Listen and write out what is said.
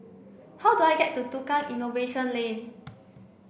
how do I get to Tukang Innovation Lane